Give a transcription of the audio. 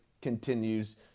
continues